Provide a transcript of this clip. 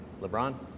LeBron